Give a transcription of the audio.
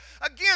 Again